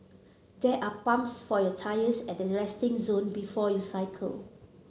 there are pumps for your tyres at the resting zone before you cycle